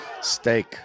steak